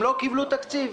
הם לא קיבלו תקציב